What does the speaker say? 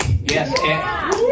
Yes